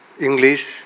English